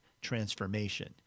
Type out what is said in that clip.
transformation